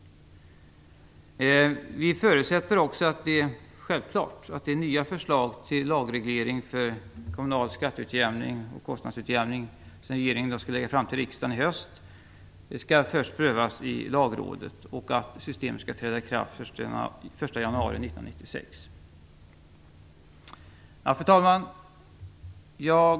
Fru talman!